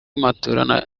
matola